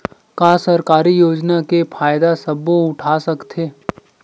का सरकारी योजना के फ़ायदा सबो उठा सकथे?